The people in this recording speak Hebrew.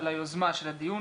על היוזמה של הדיון,